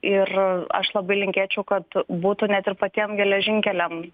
ir aš labai linkėčiau kad būtų net ir patiem geležinkeliam